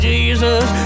Jesus